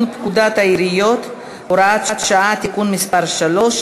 פקודת העיריות (הוראת שעה) (תיקון מס' 3),